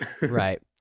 right